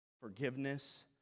Forgiveness